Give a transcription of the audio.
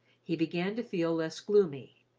he began to feel less gloomy,